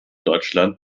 deutschland